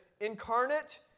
incarnate